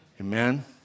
Amen